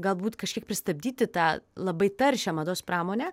galbūt kažkiek pristabdyti tą labai taršią mados pramonę